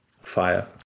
fire